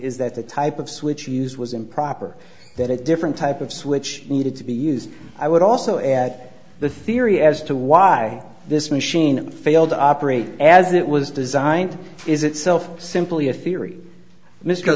is that the type of switch used was improper that a different type of switch needed to be used i would also at the theory as to why this machine failed to operate as it was designed is itself simply a theory mr